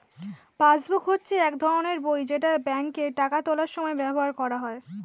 passbook হচ্ছে এক ধরনের বই যেটা ব্যাংকে টাকা তোলার সময় ব্যবহার করা হয়